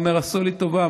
הוא אומר: עשו לי טובה,